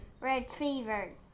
Retrievers